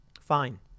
Fine